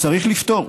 צריך לפתור.